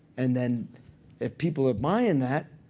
and then if people are buying that,